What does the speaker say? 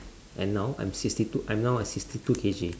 and now I'm sixty two I'm at now sixty two K_G